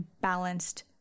balanced